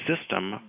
system